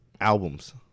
albums